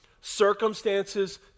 Circumstances